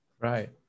Right